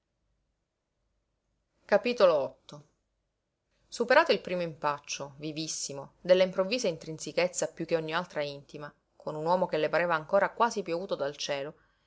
e a uperato il primo impaccio vivissimo della improvvisa intrinsechezza piú che ogni altra intima con un uomo che le pareva ancora quasi piovuto dal cielo